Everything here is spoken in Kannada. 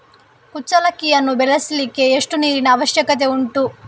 ಕುಚ್ಚಲಕ್ಕಿಯನ್ನು ಬೆಳೆಸಲಿಕ್ಕೆ ಎಷ್ಟು ನೀರಿನ ಅವಶ್ಯಕತೆ ಉಂಟು?